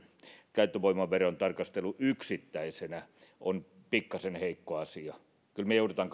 käyttövoimaveron tarkastelu yksittäisenä on pikkasen heikko asia kyllä me joudumme